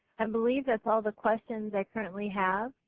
and believe thatis all the questions i currently have.